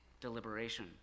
deliberation